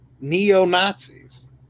neo-nazis